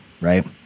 right